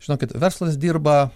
žinokit verslas dirba